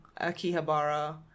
Akihabara